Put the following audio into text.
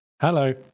Hello